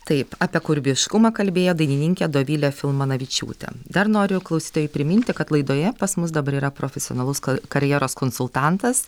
taip apie kūrybiškumą kalbėjo dainininkė dovilė filmanavičiūtė dar noriu klausytojai priminti kad laidoje pas mus dabar yra profesionalus karjeros konsultantas